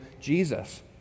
Jesus